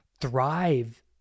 thrive